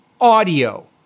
audio